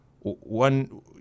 one